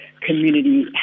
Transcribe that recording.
community